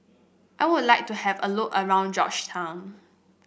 I would like to have a look around Georgetown